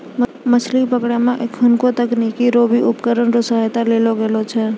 मछली पकड़ै मे एखुनको तकनीकी रो भी उपकरण रो सहायता लेलो गेलो छै